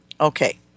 Okay